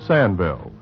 Sandville